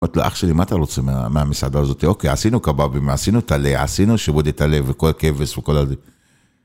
אמרתי לו אח שלי מה אתה רוצה מהמסעדה הזאת? אוקיי עשינו קבבים, עשינו טלה, עשינו שיפודי טלה וכל הכבש וכל ה...